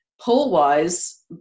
poll-wise